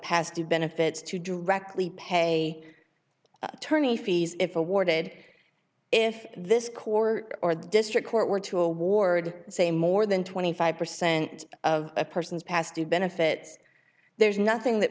past due benefits to directly pay attorney fees if awarded if this court or the district court were to award say more than twenty five percent of a person's past due benefits there's nothing that